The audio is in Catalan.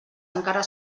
encara